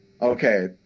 Okay